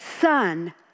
Son